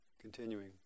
Continuing